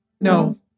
No